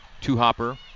Two-hopper